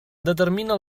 determina